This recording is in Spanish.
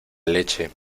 leche